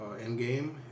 Endgame